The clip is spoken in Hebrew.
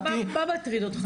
מה מטריד אותך?